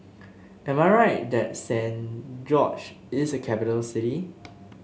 am I right that Saint George is a capital city